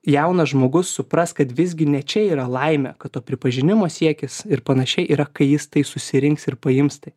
jaunas žmogus supras kad visgi ne čia yra laimė kad to pripažinimo siekis ir panašiai yra kai jis tai susirinks ir paims tai